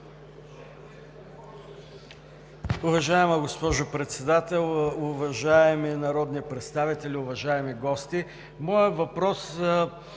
Уважаема госпожо Председател, уважаеми народни представители, уважаеми гости! Моят въпрос май